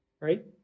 right